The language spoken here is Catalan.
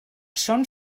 són